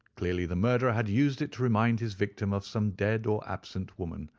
clearly the murderer had used it to remind his victim of some dead or absent woman.